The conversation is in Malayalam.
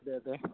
അതെ അതെ